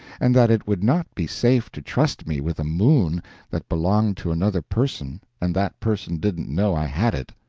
and that it would not be safe to trust me with a moon that belonged to another person and that person didn't know i had it.